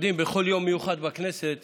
בכל יום מיוחד בכנסת